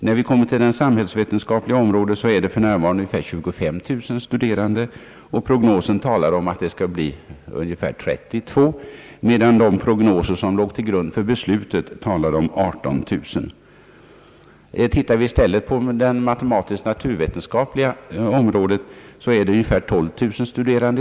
På det samhällsvetenskap liga området finns det för närvarande 25 000 studerande, och prognosen talar om att det skall bli ungefär 32000, medan den prognos som låg till grund för beslutet talade om 18 000. Ser vi i stället på det matematisknaturvetenskapliga området, finner vi att det på detta område i dag finns ungefär 12 000 studerande.